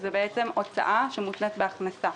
זו הוצאה שמותנית בהכנסה.